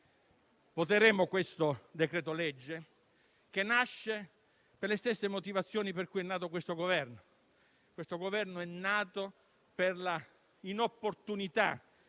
Voteremo quindi questo decreto-legge, che nasce per le stesse motivazioni per cui è nato questo Governo. L'attuale Governo è nato per l'inopportunità